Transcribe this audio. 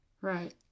Right